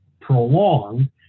prolonged